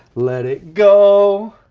let it go,